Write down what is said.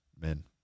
men